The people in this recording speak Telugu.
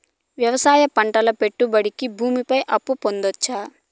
వ్యవసాయం పంటల పెట్టుబడులు కి భూమి పైన అప్పు పొందొచ్చా?